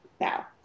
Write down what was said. now